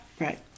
Right